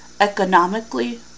economically